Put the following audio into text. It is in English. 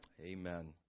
Amen